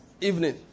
evening